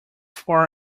far